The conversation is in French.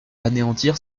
anéantir